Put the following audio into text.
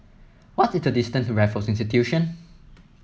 what is the distance to Raffles Institution